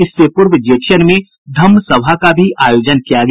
इससे पूर्व जेठियन में धम्म सभा का भी आयोजन किया गया